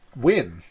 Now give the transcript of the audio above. win